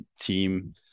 team